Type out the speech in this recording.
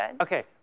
Okay